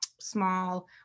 small